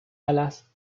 alas